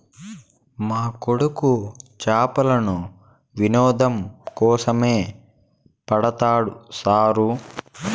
మా కొడుకు చేపలను వినోదం కోసమే పడతాడు సారూ